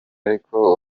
ariko